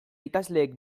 ikasleek